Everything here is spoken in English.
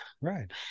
Right